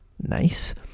Nice